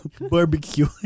barbecue